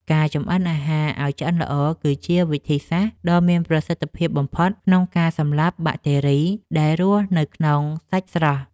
ការចម្អិនអាហារឱ្យឆ្អិនល្អ គឺជាវិធីសាស្ត្រដ៏មានប្រសិទ្ធភាពបំផុតក្នុងការសម្លាប់បាក់តេរីដែលរស់នៅក្នុងសាច់ស្រស់។